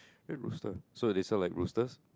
Red Rooster so they sell like roosters